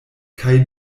kaj